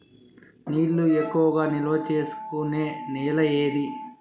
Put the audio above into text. నీళ్లు ఎక్కువగా నిల్వ చేసుకునే నేల ఏది?